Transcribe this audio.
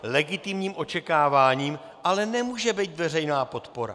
Legitimním očekáváním ale nemůže být veřejná podpora.